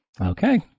Okay